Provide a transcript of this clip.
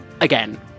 again